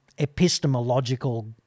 epistemological